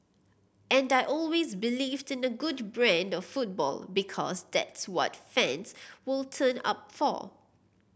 and I always believed in a good brand of football because that's what fans will turn up for